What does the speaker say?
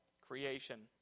creation